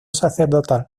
sacerdotal